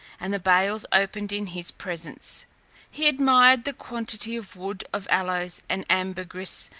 and the bales opened in his presence he admired the quantity of wood of aloes and ambergris,